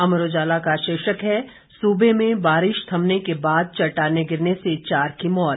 अमर उजाला का शीर्षक है सूबे में बारिश थमने के बाद चटटाने गिरने से चार की मौत